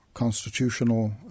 constitutional